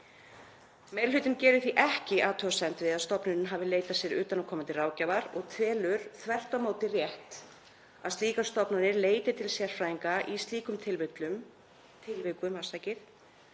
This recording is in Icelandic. Meiri hlutinn gerir því ekki athugasemd við að stofnunin hafi leitað sér utanaðkomandi ráðgjafar og telur þvert á móti rétt að slíkar stofnanir leiti til sérfræðinga í slíkum tilvikum enda